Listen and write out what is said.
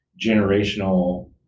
generational